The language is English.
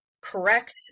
correct